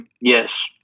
yes